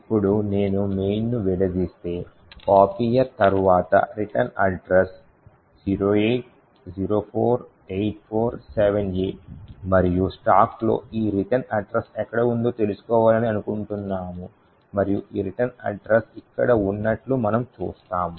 ఇప్పుడు నేను మెయిన్ను విడదీస్తే copier తర్వాత రిటర్న్ అడ్రస్ 0804847A మరియు స్టాక్లో ఈ రిటర్న్ అడ్రస్ ఎక్కడ ఉందో తెలుసుకోవాలని అనుకుంటున్నాము మరియు ఈ రిటర్న్ అడ్రస్ ఇక్కడ ఉన్నట్లు మనము చూస్తాము